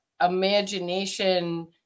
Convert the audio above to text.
imagination